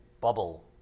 bubble